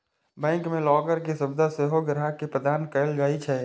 bank मे locker के सुविधा सेहो ग्राहक के प्रदान कैल जाइ छै